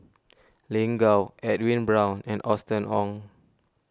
Lin Gao Edwin Brown and Austen Ong